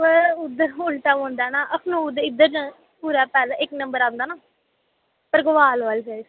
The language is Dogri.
सर उद्धर उलटा पोदां ना अख़नूर दे इद्धर पुलै दे पैह्ले इक नम्बर औंदां नां परगवाल आह्ली साइड